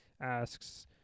asks